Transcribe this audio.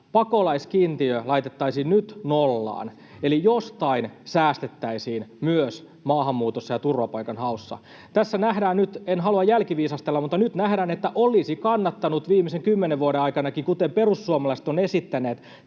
pakolaiskiintiö laitettaisiin nyt nollaan — eli jostain säästettäisiin myös maahanmuutossa ja turvapaikanhaussa. Tässä nähdään nyt — en halua jälkiviisastella, mutta nyt nähdään — että olisi kannattanut viimeisen kymmenen vuoden aikanakin, kuten perussuomalaiset ovat esittäneet,